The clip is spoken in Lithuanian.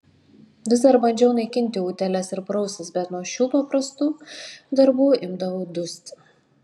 vis dar bandžiau naikinti utėles ir praustis bet nuo šių paprastų darbų imdavau dusti